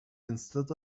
instead